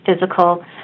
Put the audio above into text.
physical